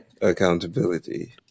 accountability